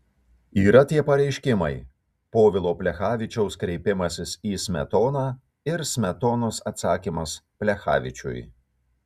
yra tie pareiškimai povilo plechavičiaus kreipimasis į smetoną ir smetonos atsakymas plechavičiui